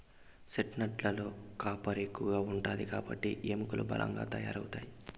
chestnut లలో copper ఎక్కువ ఉంటాది కాబట్టి ఎముకలు బలంగా తయారవుతాయి